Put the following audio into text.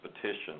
petition